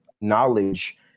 knowledge